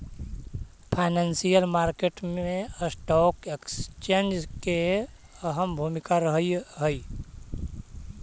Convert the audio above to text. financial market मैं stock exchange के अहम भूमिका रहऽ हइ